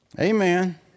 Amen